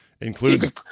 includes